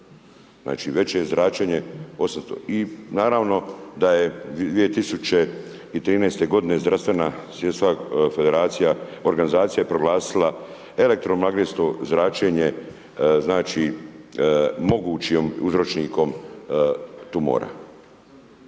Znači veće je zračenje i naravno da je 2013. godine Zdravstvena svjetska organizacija proglasila elektromagnetsko zračenje znači mogućim uzročnikom tumora.